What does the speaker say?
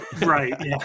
Right